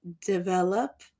develop